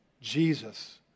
Jesus